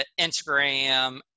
Instagram